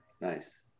nice